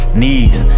knees